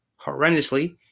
horrendously